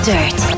Dirt